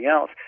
else